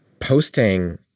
posting